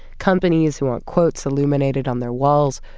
companies who want quotes illuminated on their walls,